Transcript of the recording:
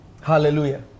Hallelujah